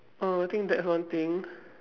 oh I think that's one thing